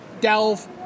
Delve